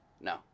No